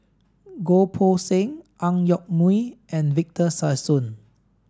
Goh Poh Seng Ang Yoke Mooi and Victor Sassoon